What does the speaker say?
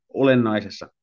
olennaisessa